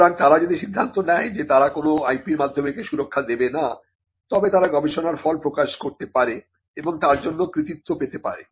সুতরাং তারা যদি সিদ্ধান্ত নেয় যে তারা কোন IP র মাধ্যমে একে সুরক্ষা দেবে না তবে তারা গবেষণার ফল প্রকাশ করতে পারে এবং তার জন্য কৃতিত্ব পেতে পারে